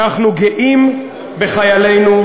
אנחנו גאים בחיילינו,